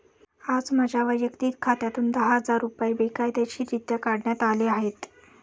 आज माझ्या वैयक्तिक खात्यातून दहा हजार रुपये बेकायदेशीररित्या काढण्यात आले आहेत